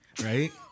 Right